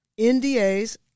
NDAs